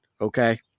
Okay